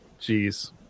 Jeez